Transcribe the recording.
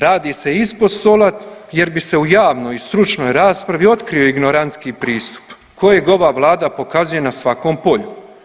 Radi se ispod stola jer bi se u javnoj i stručnoj raspravi otkrio ignorantski pristup kojeg ova vlada pokazuje na svakom polju.